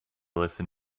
listen